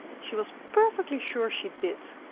she was perfectly sure she did.